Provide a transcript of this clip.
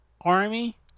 army